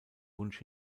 wunsch